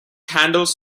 handles